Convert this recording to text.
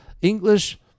English